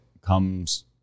comes